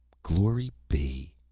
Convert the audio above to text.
glory be!